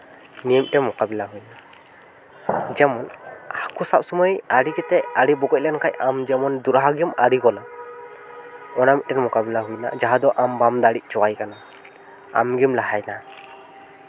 ᱱᱤᱭᱟᱹ ᱢᱤᱫᱴᱮᱱ ᱢᱳᱠᱟᱵᱤᱞᱟ ᱦᱩᱭ ᱮᱱᱟ ᱡᱮᱢᱚᱱ ᱦᱟᱹᱠᱩ ᱥᱟᱵ ᱥᱚᱢᱚᱭ ᱟᱲᱮ ᱠᱟᱛᱮᱫ ᱟᱲᱮ ᱵᱚᱜᱚᱡᱽ ᱞᱮᱱᱠᱷᱟᱱ ᱟᱢ ᱡᱮᱢᱚᱱ ᱫᱚᱦᱲᱟ ᱜᱮᱢ ᱟᱲᱮ ᱜᱚᱫᱟ ᱚᱱᱟ ᱢᱤᱫᱴᱮᱱ ᱢᱳᱠᱟᱵᱤᱞᱟ ᱦᱩᱭ ᱮᱱᱟ ᱡᱟᱦᱟᱸ ᱫᱚ ᱟᱢ ᱵᱟᱢ ᱫᱟᱲᱮ ᱦᱚᱪᱚ ᱟᱭ ᱠᱟᱱᱟ ᱟᱢ ᱜᱮᱢ ᱞᱟᱦᱟᱭᱮᱱᱟ